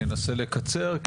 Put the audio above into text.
אני אנסה לקצר,